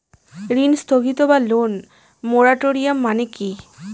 ঋণ স্থগিত বা লোন মোরাটোরিয়াম মানে কি?